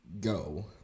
go